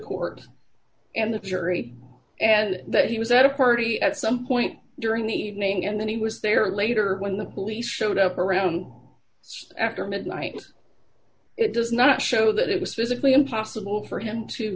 court and the jury and that he was at a party at some point during the evening and then he was there later when the police showed up around six after midnight it does not show that it was physically impossible for him to